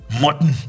mutton